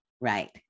right